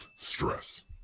stress